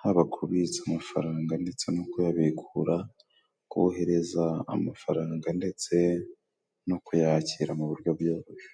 Haba kubitsa amafaranga ndetse no kuyabikura, kohereza amafaranga ndetse no kuyakira mu buryo bworoshye.